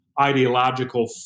ideological